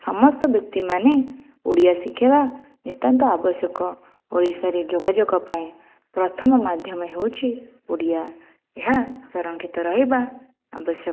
ସମସ୍ତ ବ୍ୟକ୍ତିମାନେ ଓଡ଼ିଆ ଶିଖିବା ନିତାନ୍ତ ଆବଶ୍ୟକ ଓଡ଼ିଶାରେ ଯୋଗାଯୋଗ ପାଇଁ ପ୍ରଥମ ମାଧ୍ୟମ ହେଉଛି ଓଡ଼ିଆ ଏହା ସଂରକ୍ଷିତ ରହିବା ଆବଶ୍ୟକ